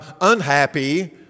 unhappy